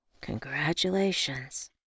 congratulations